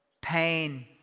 pain